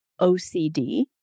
OCD